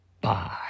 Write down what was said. Bye